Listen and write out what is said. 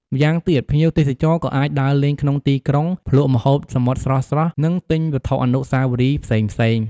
ម្យ៉ាងទៀត ភ្ញៀវទេសចរក៏អាចដើរលេងក្នុងទីក្រុង ភ្លក្សម្ហូបសមុទ្រស្រស់ៗ និងទិញវត្ថុអនុស្សាវរីយ៍ផ្សេងៗ។